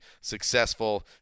successful